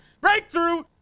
Breakthrough